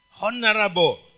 honorable